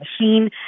machine